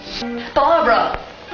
Barbara